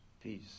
peace